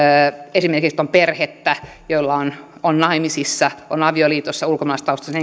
että on perhettä on naimisissa on avioliitossa ulkomaalaistaustaisen